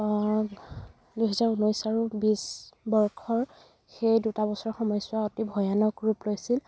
অহ দুই হাজাৰ ঊনৈশ আৰু বিছ বৰ্ষৰ সেই দুটা বছৰ সময়ছোৱা অতি ভয়ানক ৰূপ লৈছিল